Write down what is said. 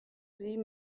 sie